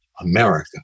America